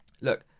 look